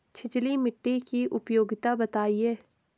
छिछली मिट्टी की उपयोगिता बतायें?